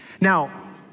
Now